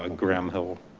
ah graham hill.